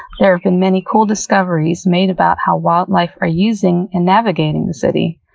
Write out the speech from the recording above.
there have been many cool discoveries made about how wildlife are using and navigating the city,